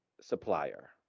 supplier